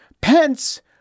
Pence